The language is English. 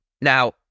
Now